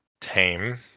tame